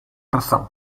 razón